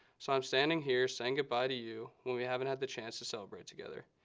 so i'm standing here saying goodbye to you when we haven't had the chance to celebrate together.